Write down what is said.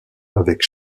avec